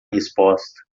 resposta